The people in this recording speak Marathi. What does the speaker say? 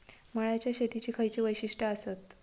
मळ्याच्या शेतीची खयची वैशिष्ठ आसत?